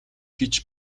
гэж